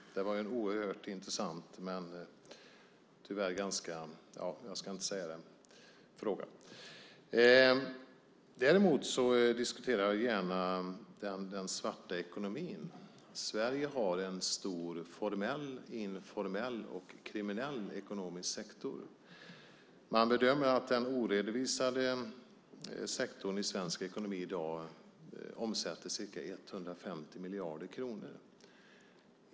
Fru talman! Det var ju en oerhört intressant fråga. Jag diskuterar däremot gärna den svarta ekonomin. Sverige har en stor formell, informell och kriminell ekonomisk sektor. Man bedömer att den oredovisade sektorn i svensk ekonomi i dag omsätter ca 150 miljarder kronor.